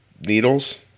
needles